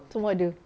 semua ada